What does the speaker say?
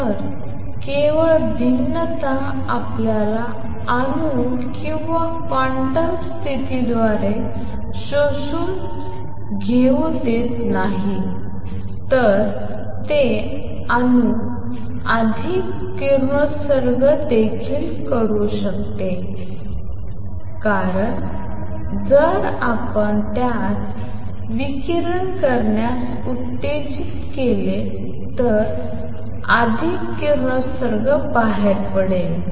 तर केवळ भिन्नता आपल्याला अणू किंवा क्वांटम सिस्टीमद्वारे शोषून घेऊ देत नाही तर ते अणू अधिक किरणोत्सर्ग देखील करू शकते कारण जर आपण त्यास विकिरण करण्यास उत्तेजित केले तर अधिक किरणोत्सर्ग बाहेर पडेल